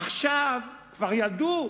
עכשיו כבר ידעו.